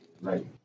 right